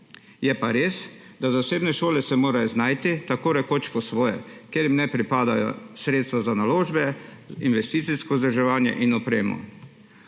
Je pa res, da zasebne šole se morajo znajti tako rekoč po svoje, ker jim ne pripadajo sredstva za naložbe, investicijsko vzdrževanje in opremo.